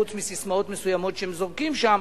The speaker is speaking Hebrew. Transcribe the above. חוץ מססמאות מסוימות שהם זורקים שם.